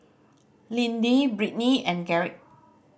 Lindy Britny and Garrick